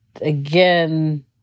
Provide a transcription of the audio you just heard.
again